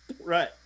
Right